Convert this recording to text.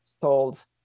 sold